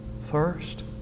thirst